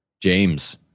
James